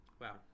Wow